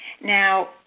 Now